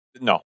No